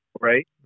right